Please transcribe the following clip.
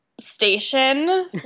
station